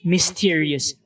Mysterious